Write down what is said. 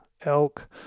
elk